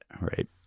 right